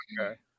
Okay